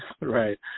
right